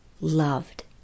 loved